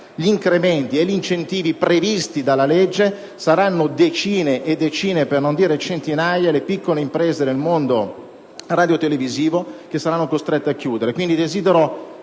gli incrementi e gli incentivi previsti dalla legge, saranno decine e decine, per non dire centinaia, le piccole imprese del mondo radiotelevisivo che saranno costrette a chiudere.